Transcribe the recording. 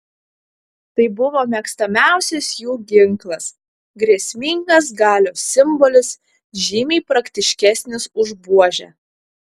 tai buvo mėgstamiausias jų ginklas grėsmingas galios simbolis žymiai praktiškesnis už buožę